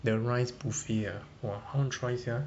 the rise buffet ah !wah! I want to try sia